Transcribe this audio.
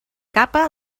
capa